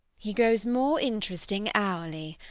he grows more interesting hourly.